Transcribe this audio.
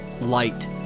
light